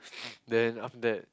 then after that